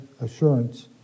assurance